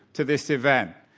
to this event.